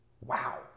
Wow